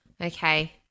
Okay